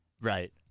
Right